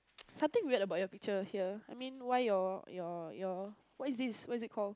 something weird about your picture here I mean why your your your what is this what's it called